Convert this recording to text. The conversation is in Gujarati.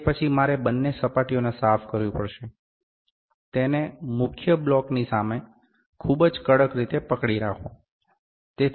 તે પછી મારે બંને સપાટીને સાફ કરવી પડશે તેને મુખ્ય બ્લોકની સામે ખૂબ જ કડક રીતે પકડી રાખો